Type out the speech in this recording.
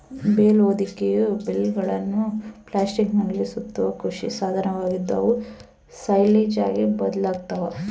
bale ಹೊದಿಕೆಯು ಬೇಲ್ಗಳನ್ನು ಪ್ಲಾಸ್ಟಿಕ್ನಲ್ಲಿ ಸುತ್ತುವ ಕೃಷಿ ಸಾಧನವಾಗಿದ್ದು, ಅವು ಸೈಲೇಜ್ ಆಗಿ ಬದಲಾಗ್ತವ